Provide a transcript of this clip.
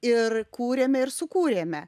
ir kūrėme ir sukūrėme